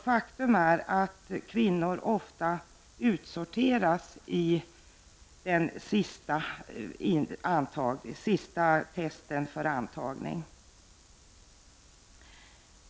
Faktum är att kvinnor ofta utsorteras i det sista testet för antagning.